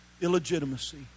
illegitimacy